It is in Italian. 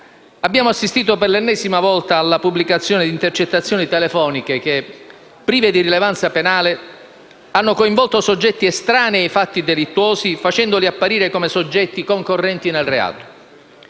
abbiamo assistito per l'ennesima volta alla pubblicazione di intercettazioni telefoniche che, prive di rilevanza penale, hanno coinvolto soggetti estranei ai fatti delittuosi, facendoli apparire come soggetti concorrenti nel reato.